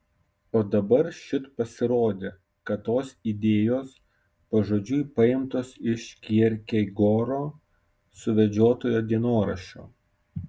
o dabar šit pasirodė kad tos idėjos pažodžiui paimtos iš kjerkegoro suvedžiotojo dienoraščio